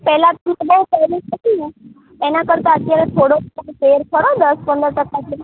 પહેલાં તમને બહુ પેઇન થતું એના કરતા અત્યારે થોડો થોડો ફેર ખરો દસ પંદર ટકા જેવો